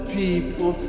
people